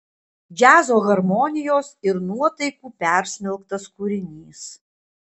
džiazo harmonijos ir nuotaikų persmelktas kūrinys